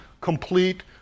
complete